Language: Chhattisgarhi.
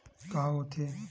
का होथे?